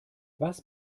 was